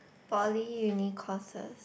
poly uni courses